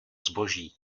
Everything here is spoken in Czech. zboží